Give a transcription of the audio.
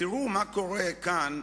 תראו מה קורה כאן,